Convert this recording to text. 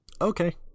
Okay